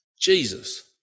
Jesus